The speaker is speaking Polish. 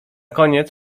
koniec